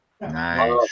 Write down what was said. Nice